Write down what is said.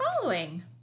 following